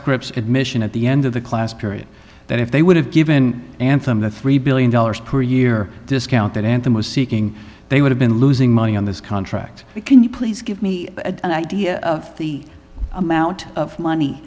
scripts admission at the end of the class period that if they would have given them the three billion dollars per year discount that anthem was seeking they would have been losing money on this contract can you please give me an idea of the amount of money